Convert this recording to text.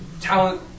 Talent